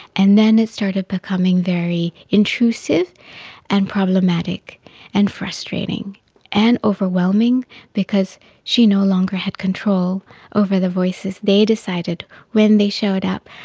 and then it started becoming very intrusive and problematic and frustrating and overwhelming because she no longer had control over the voices. they decided when they showed up,